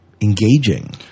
engaging